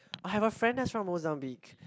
I have a friend that's from Mozambique